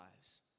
lives